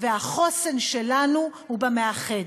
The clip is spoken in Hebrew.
והחוסן שלנו הוא במאחד.